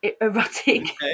erotic